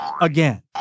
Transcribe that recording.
again